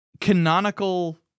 canonical